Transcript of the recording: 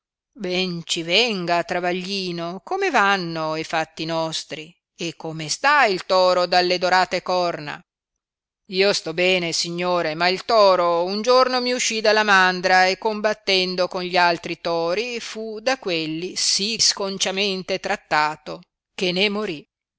venga travaglino come vanno e fatti nostri e come sta il toro dalle dorate corna io sto bene signore ma il toro un giorno mi uscì della mandra e combattendo con gli altri tori fu da quelli si sconciamente trattato che ne morì